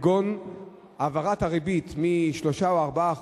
כגון העברת הריבית מ-3% או 4%,